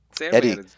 Eddie